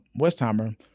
Westheimer